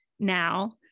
now